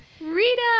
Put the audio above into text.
Rita